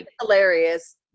hilarious